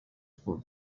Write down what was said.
for